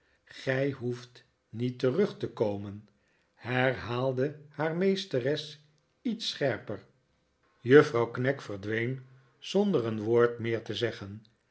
gij hoeft niet terug te komen herhaalde haar meesteres iets scherper juffrouw kaatje v alt in ongenade knag verdween zonder een woord meer te zeggen